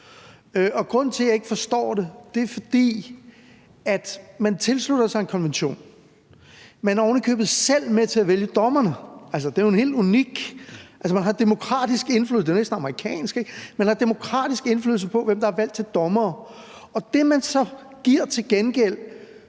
grunden til, at jeg ikke forstår det: Man tilslutter sig en konvention, man er ovenikøbet selv med til at vælge dommerne, man har demokratisk indflydelse på, hvem der er valgt til dommere – altså, det er jo helt